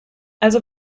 also